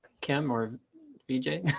kim or v j.